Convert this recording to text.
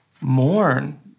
mourn